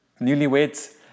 newlyweds